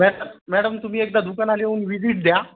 madam madam तुम्ही एकदा दुकानाला येऊन व्हिजिट द्या